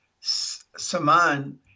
Saman